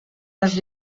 les